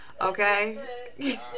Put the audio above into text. Okay